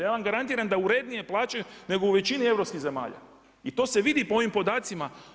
Ja vam garantiram da urednije plaćaju nego u većini europskih zemalja i to se vidi po ovim podacima.